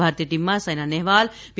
ભારતીય ટીમમાં સાયના નહેવાલ પી